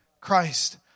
Christ